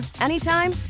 anytime